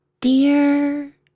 dear